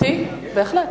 פה התנגדות,